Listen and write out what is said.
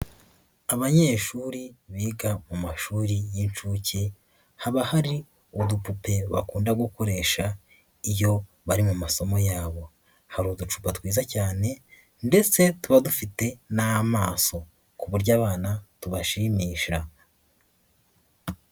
Abanyeshuri biga mu mashuri y'inshuke, haba hari udupupe bakunda gukoresha, iyo bari mu masomo yabo. Hari udupfupa twiza cyane ndetse tuba dufite n'amaso ku buryo abana tubashimisha.